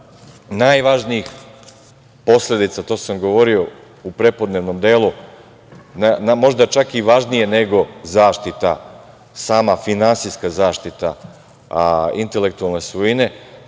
najvažnijih posledica. To sam govorio u prepodnevnom delu. Možda je čak važnije nego sama finansijska zaštita intelektualne svojine,